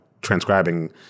transcribing